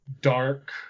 dark